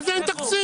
מה זה אין תקציב?